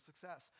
success